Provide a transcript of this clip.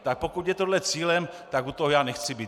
Tak pokud je tohle cílem, tak u toho já nechci být.